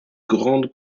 grande